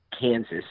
Kansas